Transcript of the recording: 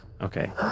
Okay